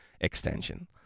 extension